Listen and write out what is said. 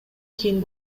кийин